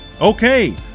Okay